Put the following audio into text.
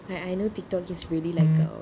like I know TikTok is really like a